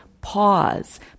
pause